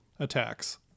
Attacks